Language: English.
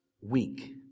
weak